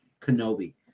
Kenobi